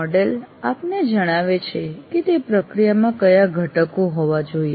model આપને જણાવે છે કે તે પ્રક્રિયામાં કયા ઘટકો હોવા જોઈએ